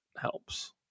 helps